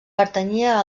pertanyia